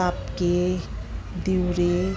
ताप्के दिउरे